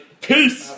Peace